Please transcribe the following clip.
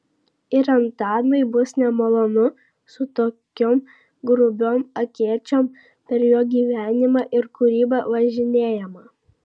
ir antanui bus nemalonu su tokiom grubiom akėčiom per jo gyvenimą ir kūrybą važinėjama